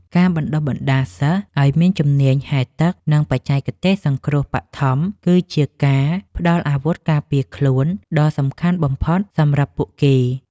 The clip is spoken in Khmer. ការបណ្តុះបណ្តាលសិស្សឱ្យមានជំនាញហែលទឹក និងបច្ចេកទេសសង្គ្រោះបឋម គឺជាការផ្តល់អាវុធការពារខ្លួនដ៏សំខាន់បំផុតសម្រាប់ពួកគេ។